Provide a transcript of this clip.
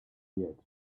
did